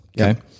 Okay